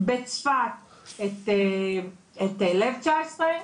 בצפת את לב 19,